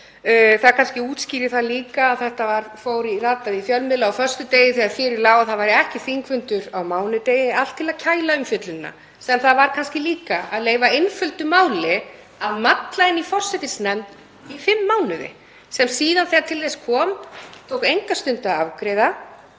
það kannski líka að þetta rataði í fjölmiðla á föstudegi þegar fyrir lá að það væri ekki þingfundur á mánudegi, allt til að kæla umfjöllunina, sem það var kannski líka að leyfa einföldu máli að malla inni í forsætisnefnd í fimm mánuði sem síðan, þegar til þess kom, tók enga stund að afgreiða.